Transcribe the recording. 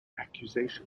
accusation